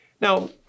Now